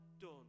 done